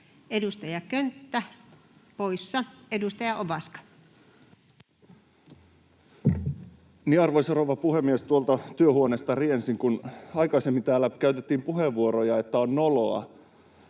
täydentämisestä Time: 15:21 Content: Arvoisa rouva puhemies! Tuolta työhuoneesta riensin, kun aikaisemmin täällä käytettiin puheenvuoroja, että on noloa